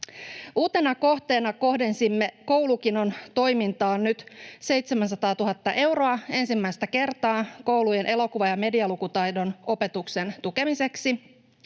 Uutena kohteena kohdensimme Koulukinon toimintaan nyt 700 000 euroa, ensimmäistä kertaa, koulujen elokuva- ja medialukutaidon opetuksen tukemiseksi.